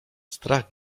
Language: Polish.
strach